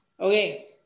Okay